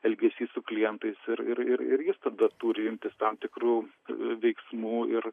elgesys su klientais ir ir ir jis tada turi imtis tam tikrų veiksmų ir